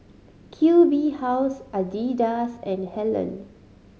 Q B House Adidas and Helen